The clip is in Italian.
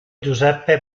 giuseppe